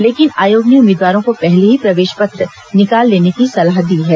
लेकिन आयोग ने उम्मीदवारों को पहले ही प्रवेश पत्र निकाल लेने की सलाह दी है